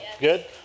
Good